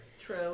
True